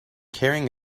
carrying